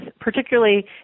particularly